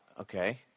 Okay